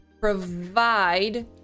provide